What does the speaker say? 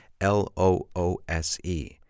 L-O-O-S-E